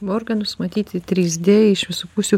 organus matyti trys d iš visų pusių